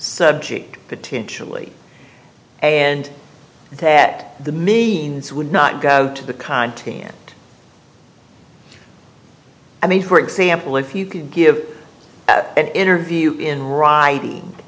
subject potentially and that the means would not go out to the content i mean for example if you could give an interview in writing